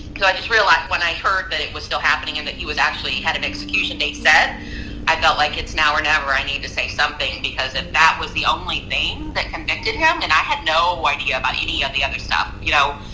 cause i just realized when i heard that it was still happening and that he was actually had an execution date set i felt like it's now or never. i need to say something because if that was the only thing that convicted him and i had no idea about any of the other stuff you know,